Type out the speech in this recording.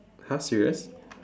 !huh! serious